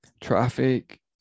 traffic